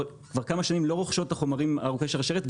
כבר כמה שנים לא רוכשות את החומרים ארוכי השרשרת,